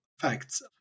facts